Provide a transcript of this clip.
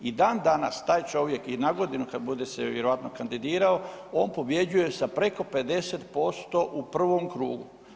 I dan danas taj čovjek i nagodinu kad bude se vjerojatno kandidirao on pobjeđuje sa preko 50% u prvom krugu.